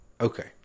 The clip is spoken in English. Okay